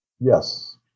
yes